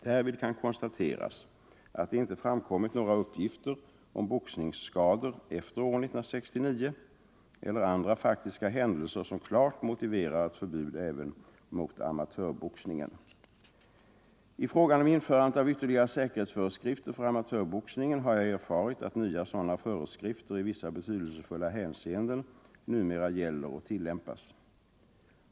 Därvid kan konstateras att det inte framkommit några uppgifter om boxningsskador efter år 1969 eller andra faktiska händelser som klart motiverar ett förbud även mot amatörboxningen. I frågan om införandet av ytterligare säkerhetsföreskrifter för amatörboxningen har jag erfarit att nya sådana föreskrifter i vissa betydelsefulla hänseenden numera gäller och tillämpas.